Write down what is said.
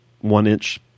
one-inch